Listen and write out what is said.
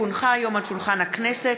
כי הונחה היום על שולחן הכנסת,